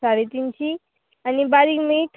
साडे तिनशी आनी बारीक मीठ